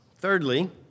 Thirdly